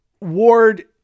ward